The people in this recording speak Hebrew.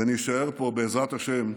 ונישאר פה, בעזרת השם,